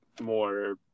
more